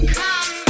come